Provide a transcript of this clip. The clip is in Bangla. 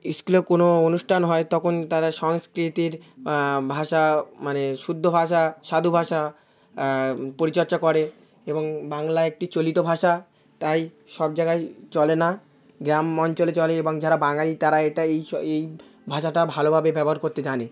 ইস্কুলে কোনো অনুষ্ঠান হয় তখন তারা সংস্কৃতির ভাষা মানে শুদ্ধ ভাষা সাধু ভাষা পরিচর্চা করে এবং বাংলায় একটি চলিত ভাষা তাই সব জায়গায় চলে না গ্রাম অঞ্চলে চলে এবং যারা বাঙালি তারা এটা এই স এই ভাষাটা ভালোভাবে ব্যবহার করতে জানে